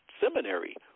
seminary